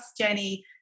Jenny